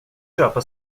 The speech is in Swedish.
köpa